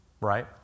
right